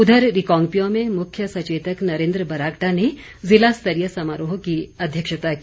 उधर रिकांगपिओ में मुख्य सचेतक नरेंद्र बरागटा ने ज़िला स्तरीय समारोह की अध्यक्षता की